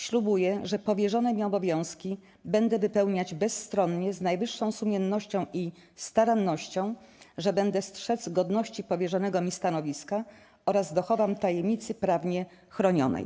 Ślubuję, że powierzone mi obowiązki będę wypełniać bezstronnie, z najwyższą sumiennością i starannością, że będę strzec godności powierzonego mi stanowiska oraz dochowam tajemnicy prawnie chronionej”